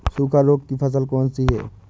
सूखा रोग की फसल कौन सी है?